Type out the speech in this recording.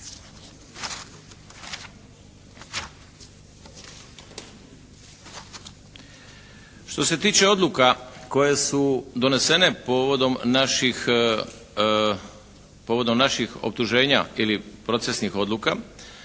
Što se tiče odluka koje su donesene povodom naših optuženja ili procesnih odluka